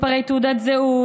מספרי תעודת זהות,